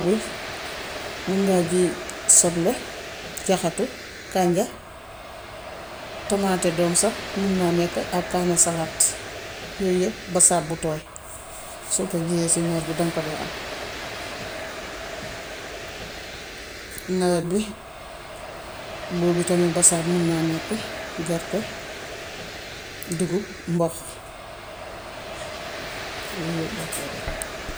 Mun ngaa ji soble, jaxatu, kànja, tomaate doom sax mun naa nekka am kaani salaat. Yooyu yépp, bassab bu tooy. Soo ko jiwee ci noor bi daŋ ko dee am. Nawe bi, boobu tamit basaab mun naa nekk, gerte, dugub, mboq. Yooy yépp dañ koy def.